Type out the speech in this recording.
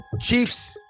Chiefs